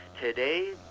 Today